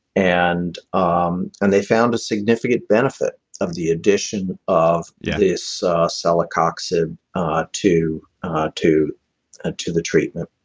and um and they found a significant benefit of the addition of yeah this celecoxib ah to to ah to the treatment,